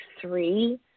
three